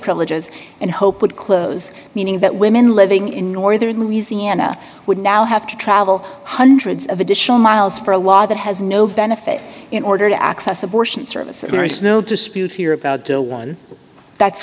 privileges and hope would close meaning that women living in northern louisiana would now have to travel hundreds of additional miles for a law that has no benefit in order to access abortion services there is no dispute here about the one that's